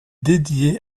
dédiée